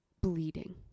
Bleeding